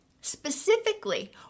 specifically